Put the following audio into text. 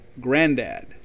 granddad